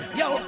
yo